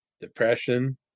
depression